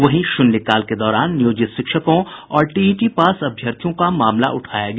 वहीं शून्यकाल के दौरान नियोजित शिक्षकों और टीईटी पास अभ्यर्थियों का मामला उठाया गया